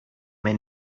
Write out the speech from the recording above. may